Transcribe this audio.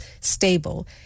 stable